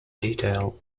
detail